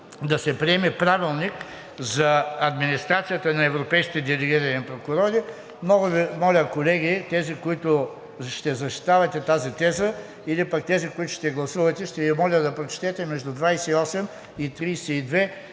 да се приеме правилник за администрацията на европейските делегирани прокурори. Моля, колеги, тези, които ще защитавате тази теза, или пък тези, които ще гласувате, ще Ви моля да прочетете между чл. 28 и 32